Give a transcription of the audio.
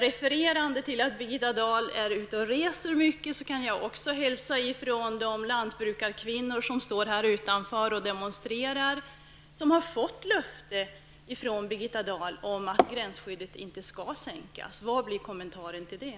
Refererande till att Birgitta Dahl är ute och reser mycket kan jag också hälsa från de lantbrukarkvinnor som står här utanför och demonstrerar och som har fått löfte från Birgitta Dahl om att gränsskyddet inte skall sänkas. Vad blir kommentaren till det?